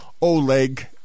Oleg